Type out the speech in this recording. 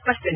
ಸ್ಪಷ್ಟನೆ